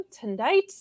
tonight